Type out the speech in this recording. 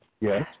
Yes